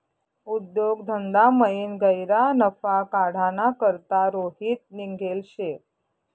उद्योग धंदामयीन गह्यरा नफा काढाना करता रोहित निंघेल शे